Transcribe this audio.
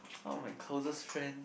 one of my closest friend